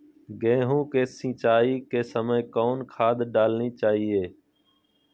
गेंहू के सिंचाई के समय कौन खाद डालनी चाइये?